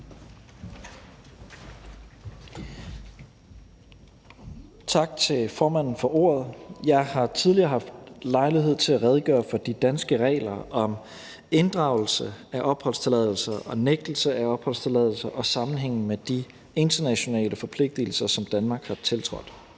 Tak til formanden for ordet. Jeg har tidligere haft lejlighed til at redegøre for de danske regler om inddragelse af opholdstilladelser og nægtelse af opholdstilladelser og sammenhængen med de internationale forpligtelser, som Danmark har.